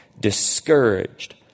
discouraged